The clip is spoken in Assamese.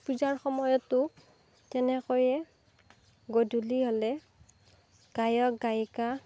পূজাৰ সময়তো তেনেকৈয়ে গধূলি হ'লে গায়ক গায়িকা